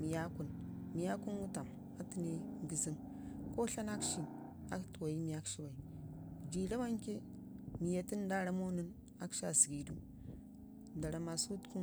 miya kun, miya kun nən nəzəm kə tlanakshi aa tuwuyu bai jii əawanke miya funu nda ramau nən akshi aa zəgidu satuku